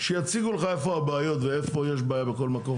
שיציגו לך איפה הבעיות ואיפה יש בעיה בכל מקום